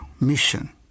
mission